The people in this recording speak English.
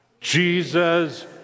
Jesus